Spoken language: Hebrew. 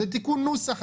זה תיקון נוסח,